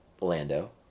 Lando